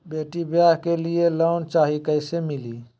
बेटी ब्याह के लिए लोन चाही, कैसे मिली?